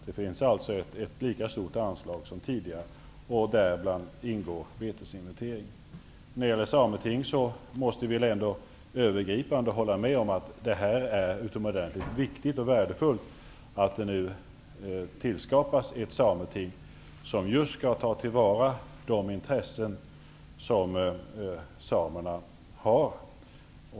Det finns alltså ett lika stort anslag som tidigare; däri ingår betesinventering. När det gäller frågan om ett sameting måste vi väl ändå övergipande hålla med om att det är utomordentligt viktigt och värdefullt att det skapas ett sameting som skall ta till vara just de intressen som samerna har.